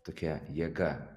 tokia jėga